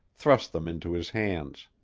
thrust them into his hands.